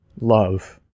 love